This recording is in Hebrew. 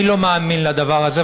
אני לא מאמין לדבר הזה,